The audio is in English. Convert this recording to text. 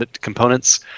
components